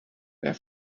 were